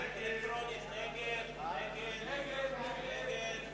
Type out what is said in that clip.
בעד, 31, נגד, 50, ואין נמנעים.